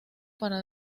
para